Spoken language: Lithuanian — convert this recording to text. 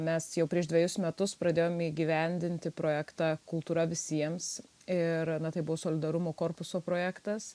mes jau prieš dvejus metus pradėjom įgyvendinti projektą kultūra visiems ir na tai buvo solidarumo korpuso projektas